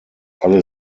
alle